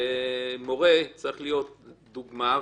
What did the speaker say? ומורה צריך להיות דוגמה,